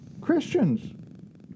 Christians